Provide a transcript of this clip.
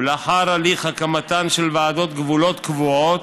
ולאחר הליך הקמתן של ועדות גבולות קבועות,